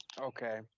Okay